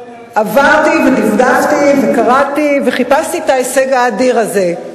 עברתי ודפדפתי וקראתי וחיפשתי את ההישג האדיר הזה,